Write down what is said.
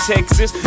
Texas